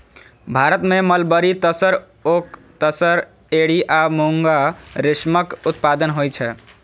भारत मे मलबरी, तसर, ओक तसर, एरी आ मूंगा रेशमक उत्पादन होइ छै